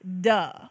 duh